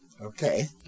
Okay